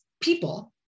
people